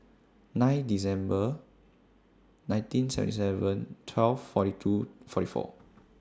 nine December nineteen seventy seven twelve forty two forty four